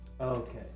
Okay